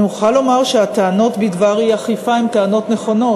אני מוכרחה לומר שהטענות בדבר אי-אכיפה הן טענות נכונות.